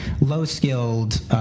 low-skilled